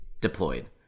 deployed